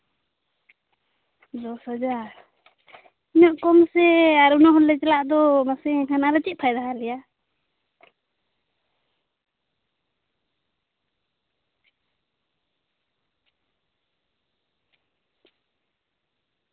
ᱫᱚᱥ ᱦᱟᱡᱟᱨ ᱤᱱᱟᱹᱜ ᱠᱚᱢ ᱥᱮ ᱟᱨ ᱩᱱᱟᱹᱜ ᱦᱚᱲ ᱞᱮ ᱪᱟᱞᱟᱜ ᱫᱚ ᱢᱟᱥᱮ ᱮᱱᱠᱷᱟᱱ ᱟᱞᱮ ᱪᱮᱫ ᱯᱷᱟᱭᱫᱟ ᱦᱟᱞᱮᱭᱟ